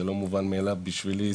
זה לא מובן מאליו בשבילי,